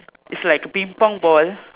is like a ping-pong ball